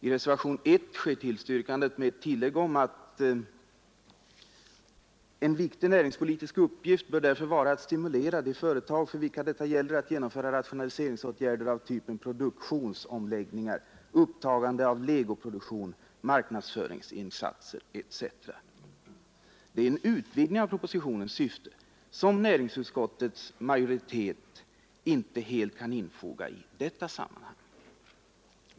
I reservationen 1 sker tillstyrkandet med följande tillägg: ”En viktig näringspolitisk uppgift bör därför vara att stimulera de företag för vilka detta gäller att genomföra rationaliseringsåtgärder av typen produktionsomläggningar, upptagande av legoproduktion, marknadsföringsinsatser etc.” Det är en utvidgning av propositionens syfte, som utskottets majoritet inte helt har kunnat infoga i detta sammanhang.